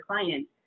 client